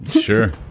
Sure